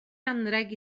anrheg